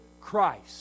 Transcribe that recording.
Christ